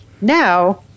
now